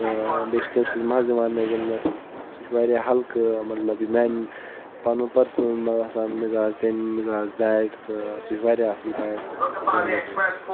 تہ بییہ چھ تمہِ سۭتۍ مَزِ یِوان مےٚ گِنٛدنَس سُہ چھُ واریا ہلکٕہ مطلب یہِ میانہِ پنن پرسنل ہسا مِزاج تمہِ مزاج بیٹ تہ سُہ چُھ واریاہ اصل بیٹ بہ وَنہ یُتُے